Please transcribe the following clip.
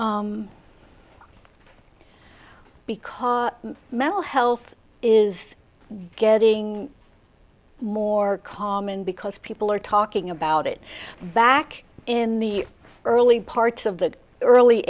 because mental health is getting more common because people are talking about it back in the early part of the early